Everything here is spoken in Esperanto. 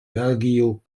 belgio